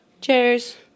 Cheers